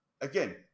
again